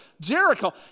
Jericho